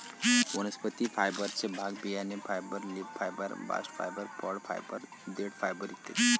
वनस्पती फायबरचे भाग बियाणे fibre, leaf fibre, bast fibre, फळ फायबर, देठ फायबर इ